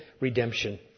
redemption